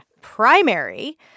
primary